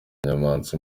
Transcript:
nyamwasa